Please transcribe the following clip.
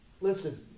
Listen